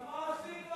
אבל מה עשית,